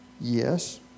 Yes